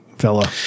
fella